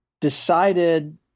decided